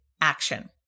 action